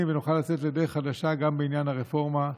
ונוכל לצאת לדרך חדשה בעניין הרפורמה,